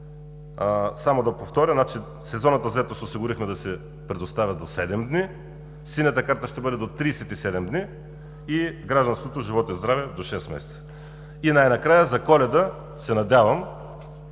Само да повторя – сезонната заетост осигурихме да се предоставя до седем дни, синята карта ще бъде до 37 дни и гражданството, живот и здраве, до 6 месеца. Най-накрая за Коледа, се надявам,